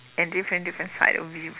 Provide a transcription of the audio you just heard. and different different side of views